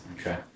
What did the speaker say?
okay